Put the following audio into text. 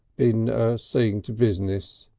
been seeing to business,